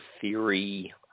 theory